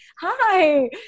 hi